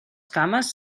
cames